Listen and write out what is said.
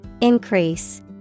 Increase